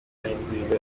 yahinduriwe